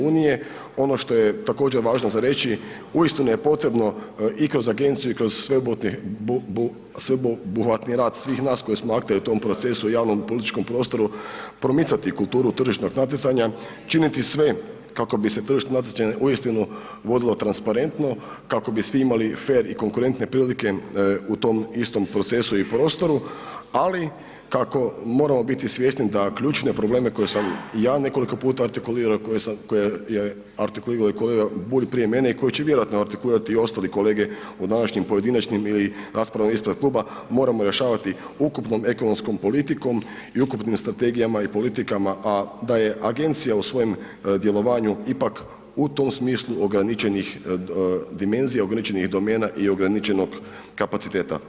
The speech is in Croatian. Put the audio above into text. Ono što je također važno za reći, uistinu je potrebno i kroz agenciju i kroz sveobuhvatni rad svih nas koji smo akteri u tom procesu, javnom i političkom prostoru, promicati kulturu tržišnog natjecanja, činiti sve kako bi se tržišno natjecanje uistinu vodilo transparentno, kako bi svi imali fer i konkurentne prilike u tom istom procesu i prostoru, ali kako moramo biti svjesni da ključne probleme koje sam ja nekoliko puta artikulirao, koje je artikulirao i kolega Bulj prije mene i koje će vjerojatno artikulirati i ostale kolege u današnjim pojedinačnim ili raspravama ispred kluba, moramo rješavati ukupnom ekonomskom politikom i ukupnim strategijama i politikama, a da je agencija u svojem djelovanju ipak u tom smislu ograničenih dimenzija, ograničenih domena i ograničenog kapaciteta.